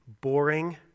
boring